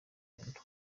burundu